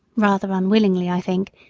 rather unwillingly, i think,